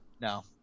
No